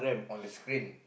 on the screen